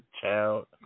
child